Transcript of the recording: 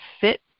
fit